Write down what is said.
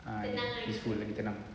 ah peaceful and tenang